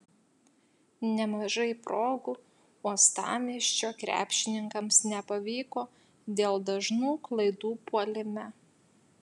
nemažai progų uostamiesčio krepšininkams nepavyko dėl dažnų klaidų puolime